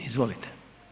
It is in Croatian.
Izvolite.